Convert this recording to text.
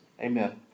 Amen